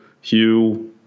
Hugh